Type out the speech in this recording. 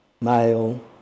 male